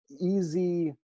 easy